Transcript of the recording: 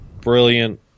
brilliant